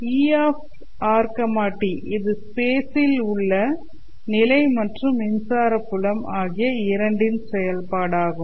E"r t இது ஸ்பேசில் உள்ள நிலை மற்றும் மின்சார புலம் ஆகிய இரண்டின் செயல்பாடாகும்